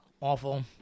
awful